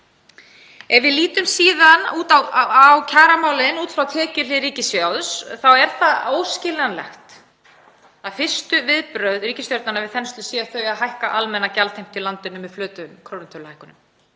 Ef við lítum síðan á kjaramálin út frá tekjuhlið ríkissjóðs er það óskiljanlegt að fyrstu viðbrögð ríkisstjórnarinnar við þenslu séu þau að hækka almenna gjaldheimtu í landinu með flötum krónutöluhækkunum.